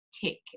tick